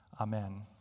amen